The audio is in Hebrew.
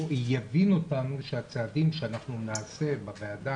יבין אותנו שהצעדים שאנחנו נעשה בוועדה,